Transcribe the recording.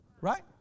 Right